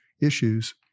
issues